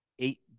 eight